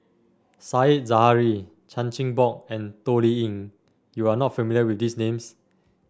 Said Zahari Chan Chin Bock and Toh Liying you are not familiar with these names